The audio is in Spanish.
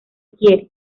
quiere